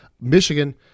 michigan